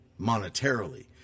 monetarily